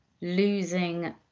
losing